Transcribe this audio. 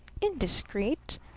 Indiscreet